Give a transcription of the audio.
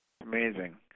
Amazing